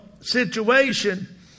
situation